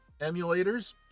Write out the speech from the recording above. emulators